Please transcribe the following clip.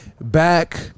back